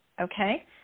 okay